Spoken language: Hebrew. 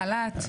חל"ת?